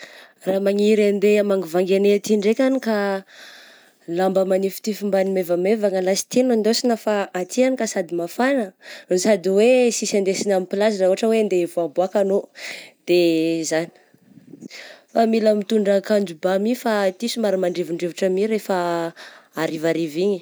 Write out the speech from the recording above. Raha maniry handeha hamangivangy anay aty ndraiky any ka lamba manifitify mbamin'ny maivamaivana lasity no indesagna fa aty any ka sady mafagna no sady hoe sisy andesigna amy plazy raha ohatra hoe handeha hivoàboàka anao, de zagny. Fa mila mitondra akanjo ba my fa aty somary mandrivondrivotra my rehefa harivariva igny.